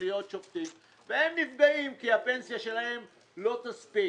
להיות שופטים והם נפגעים כי הפנסיה שלהם לא תספיק.